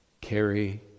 carry